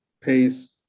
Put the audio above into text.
pace